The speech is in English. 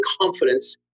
confidence